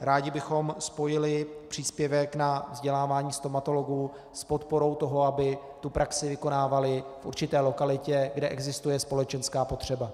Rádi bychom spojili příspěvek na vzdělávání stomatologů s podporou toho, aby praxi vykonávali v určité lokalitě, kde existuje společenská potřeba.